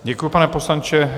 Děkuji, pane poslanče.